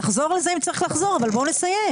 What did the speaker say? נחזור לזה אם צריך לחזור, אבל בוא נסיים.